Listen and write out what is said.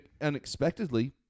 unexpectedly